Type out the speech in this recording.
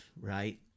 right